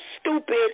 stupid